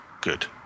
Good